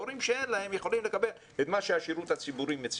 והורים שאין להם יכולים לקבל את מה שמציע השירות הציבורי.